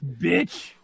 bitch